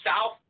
South